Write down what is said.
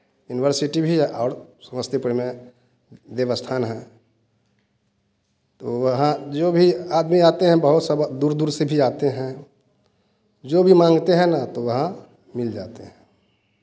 university भी और समस्तीपुर में देवस्थान है तो वहाँ जो भी आदमी आते हैं बहुत सब दूर दूर से भी आते हैं जो भी मांगते हैं ना तो वहाँ मिल जाते हैं